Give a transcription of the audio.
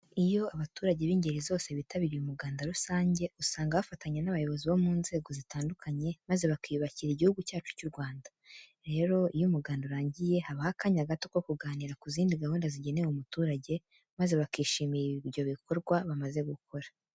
Iyo abaturage b'ingeri zose bitabiriye umuganda rusange, usanga bafatanya n'abayobozi bo mu nzego zitandukanye maze bakiyubakira Igihugu cyacu cy'u Rwanda. Rero iyo umuganda urangiye habaho akanya gato ko kuganira ku zindi gahunda zigenewe umuturage maze bakishimira ibyo bikorwa bamaze gukora.